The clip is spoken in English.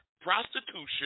prostitution